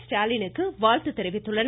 ஸ்டாலினுக்கு வாழ்த்து தெரிவித்துள்ளனர்